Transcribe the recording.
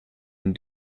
une